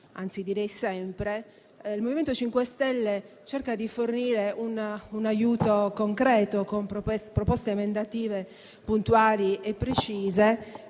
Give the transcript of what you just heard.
anzi sempre, il MoVimento 5 Stelle cerca di fornire un aiuto concreto con proposte emendative puntuali e precise,